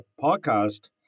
podcast